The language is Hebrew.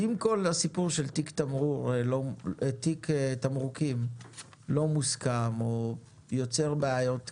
אם כל הסיפור של תיק תמרוקים לא מוסכם או יוצר בעיות כאלה,